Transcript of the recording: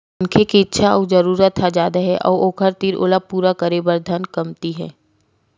मनखे के इच्छा अउ जरूरत ह जादा हे अउ ओखर तीर ओला पूरा करे बर धन कमती हे